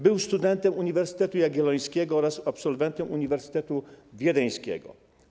Był studentem Uniwersytetu Jagiellońskiego oraz absolwentem Uniwersytetu Wiedeńskiego.